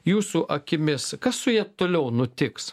jūsų akimis kas su ja toliau nutiks